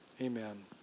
Amen